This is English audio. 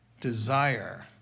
desire